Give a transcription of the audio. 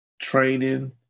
training